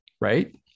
Right